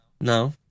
No